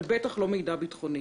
אבל בטח לא מידע ביטחוני